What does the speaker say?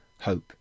hope